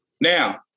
Now